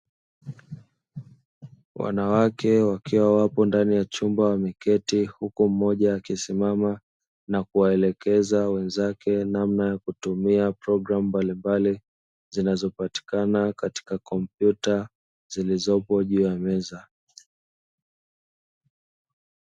Wanawake wakiwa wapo ndani ya chumba wameketi huku mmoja akisimama na kuwaelekeza wenzake namna ya kutumia programu mbalimbali zinazopatikana katika kompyuta zilizopo juu ya meza.